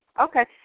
okay